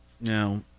Now